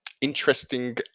interesting